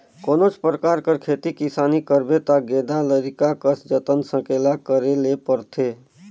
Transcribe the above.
कोनोच परकार कर खेती किसानी करबे ता गेदा लरिका कस जतन संकेला करे ले परथे